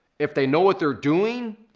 if they know what they're doing,